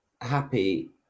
happy